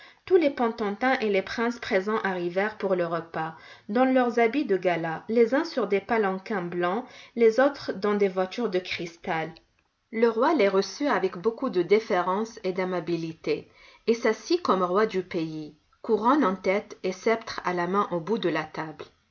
tous les potentats et les princes présents arrivèrent pour le repas dans leurs habits de gala les uns sur des palanquins blancs les autres dans des voitures de cristal le roi les reçut avec beaucoup de déférence et d'amabilité et s'assit comme roi du pays couronne en tête et sceptre à la main au bout de la table